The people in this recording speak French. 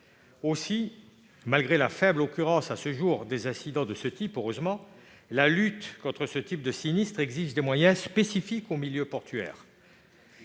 Aussi, malgré la faible occurrence à ce jour des incidents de ce type- heureusement !-, la lutte contre ces sinistres exige des moyens spécifiques au milieu portuaire.